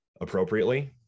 appropriately